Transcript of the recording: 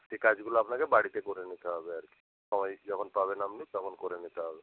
সে কাজগুলো আপনাকে বাড়িতে করে নিতে হবে আর কি সময় যখন পাবেন আমনি তখন করে নিতে হবে